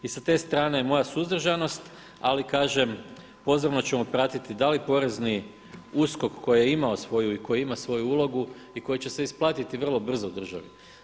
I s te strane je moja suzdržanost, ali kažem pozorno ćemo pratiti da li porezni USKOK koji je imao svoju i koji ima svoju ulogu i koji će se isplatiti vrlo brzo državi.